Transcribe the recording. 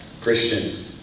Christian